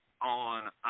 on